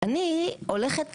אני הולכת